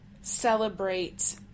celebrate